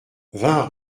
vingt